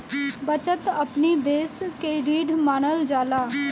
बचत अपनी देस के रीढ़ मानल जाला